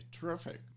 terrific